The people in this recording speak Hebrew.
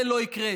זה לא יקרה.